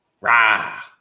rah